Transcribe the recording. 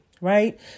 right